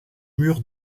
mur